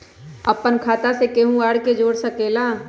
अपन खाता मे केहु आर के जोड़ सके ला?